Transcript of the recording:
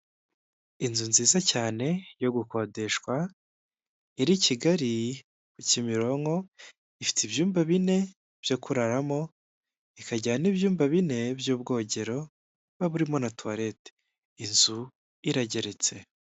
Inzu nziza cyane yo gukodeshwa iri Kigali ku Kimironko. Ifite ibyumba bine byo kuraramo, ikagira n'ibyumba bine by'ubwogero biba birimo na tuwarete, inzu irageretse.